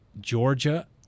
Georgia